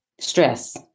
Stress